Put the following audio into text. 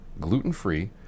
gluten-free